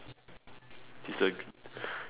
she's the